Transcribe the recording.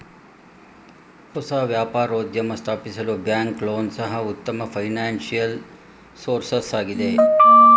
ಹೊಸ ವ್ಯಾಪಾರೋದ್ಯಮ ಸ್ಥಾಪಿಸಲು ಬ್ಯಾಂಕ್ ಲೋನ್ ಸಹ ಉತ್ತಮ ಫೈನಾನ್ಸಿಯಲ್ ಸೋರ್ಸಸ್ ಆಗಿದೆ